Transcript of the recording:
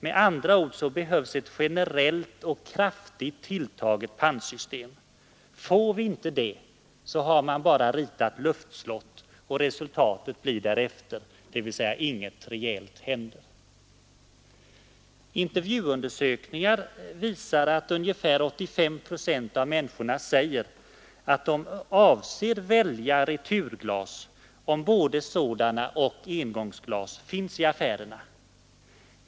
Med andra ord behövs ett generellt och kraftigt tilltaget pantsystem. Får vi inte det har man bara ritat luftslott, och resultatet blir därefter, dvs. inget rejält händer. Givetvis får i detta system ingå kontroll av produktion och import av sådana förpackningar, så att inte försäljning som returglas sker utan Intervjuundersökningar visar att ungefär 85 procent av människorna säger att de avser att välja returglas, om både sådana och engångsglas finns i affärerna.